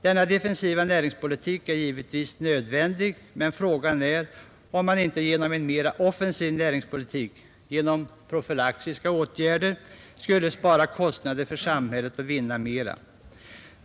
Denna defensiva näringspolitik är givetvis nödvändig, men frågan är om man inte genom en mer offensiv näringspolitik, genom profylaktiska åtgärder, skulle spara kostnader för samhället och vinna mera.